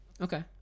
Okay